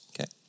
Okay